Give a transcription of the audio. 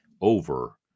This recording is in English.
over